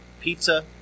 pizza